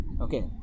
Okay